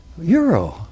Euro